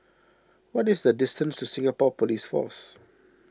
what is the distance to Singapore Police Force